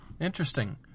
Interesting